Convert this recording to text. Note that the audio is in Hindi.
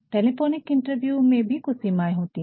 टेलीफोनिक इंटरव्यू में भी कुछ सीमाएं होती हैं